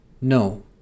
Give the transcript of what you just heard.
No